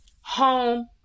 home